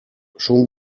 schon